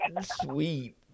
sweet